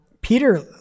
Peter